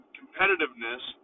competitiveness